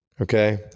Okay